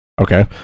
Okay